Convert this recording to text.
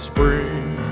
Spring